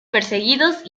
perseguidos